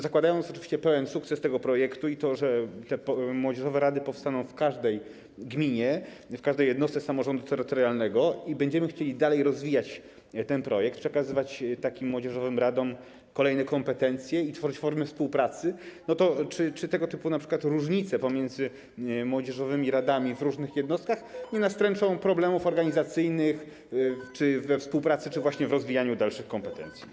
Zakładając oczywiście pełen sukces tego projektu i to, że te młodzieżowe rady powstaną w każdej gminie, w każdej jednostce samorządu terytorialnego że będziemy chcieli dalej rozwijać ten projekt, przekazywać takim młodzieżowym radom kolejne kompetencje i tworzyć formy współpracy, to czy tego typu różnice pomiędzy młodzieżowymi radami w różnych jednostkach nie nastręczą problemów organizacyjnych we współpracy czy w rozwijaniu dalszych kompetencji?